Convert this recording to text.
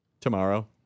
Tomorrow